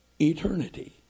Eternity